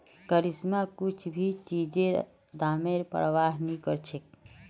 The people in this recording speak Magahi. करिश्मा कुछू भी चीजेर दामेर प्रवाह नी करछेक